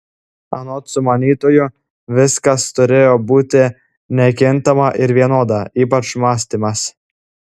anot sumanytojų viskas turėjo būti nekintama ir vienoda ypač mąstymas